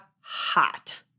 hot